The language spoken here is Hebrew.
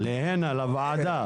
להנה, לוועדה.